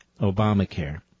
Obamacare